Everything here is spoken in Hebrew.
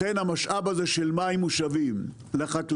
לכן המשאב הזה של מים מושבים לחקלאים,